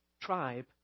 tribe